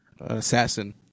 assassin